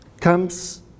comes